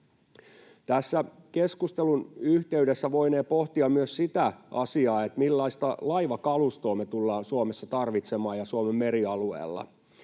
Tässä keskustelun yhteydessä voinee pohtia myös sitä asiaa, millaista laivakalustoa me tullaan Suomessa ja Suomen merialueella